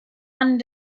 one